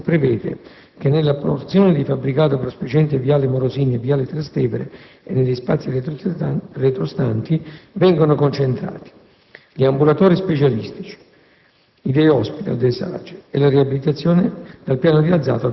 In riferimento alla situazione edilizia, l'intervento di riorganizzazione prevede che nella porzione di fabbricato prospiciente Viale Morosini e Viale Trastevere e negli spazi retrostanti vengano concentrati gli ambulatori specialistici,